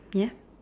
ya